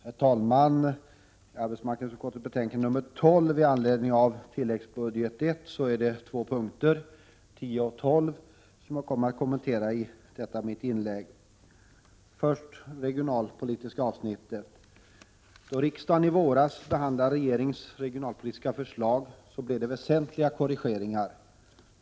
Herr talman! I samband med arbetsmarknadsutskottets betänkande 12 med anledning av tilläggsbudget I finns det två punkter i propositionen, nr 10 och 12, som jag vill kommentera i mitt anförande. Jag går först in på det regionalpolitiska avsnittet. Då riksdagen i våras behandlade regeringens regionalpolitiska förslag blev det väsentliga korrigeringar.